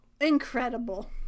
incredible